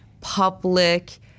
public